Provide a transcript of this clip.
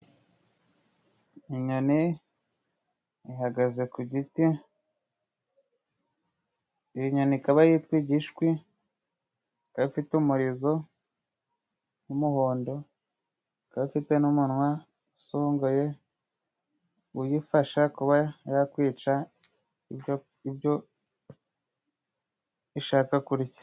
Inyoni ihagaze ku giti, iyi nyoni ikaba yitwa igishwi, ikaba ifite umurizo w'umuhondo, ikaba ififite n'umunwa usongoye uyifasha kuba yakwica ibyo ibyo ishaka kurya,